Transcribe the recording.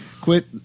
quit